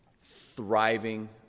thriving